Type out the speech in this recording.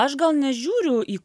aš gal nežiūriu į